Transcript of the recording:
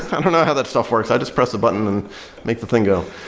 i don't know how that stuff works. i just press the button and make the thing go.